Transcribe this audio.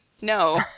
No